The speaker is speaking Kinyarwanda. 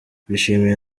bishimye